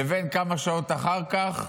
לבין כמה שעות אחר כך,